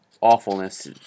awfulness